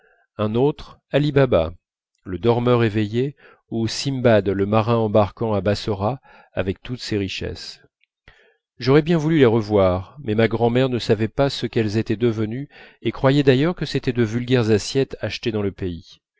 un autre ali baba le dormeur éveillé ou sinbad le marin embarquant à bassora avec toutes ses richesses j'aurais bien voulu les revoir mais ma grand'mère ne savait pas ce qu'elles étaient devenues et croyait d'ailleurs que c'était de vulgaires assiettes achetées dans le pays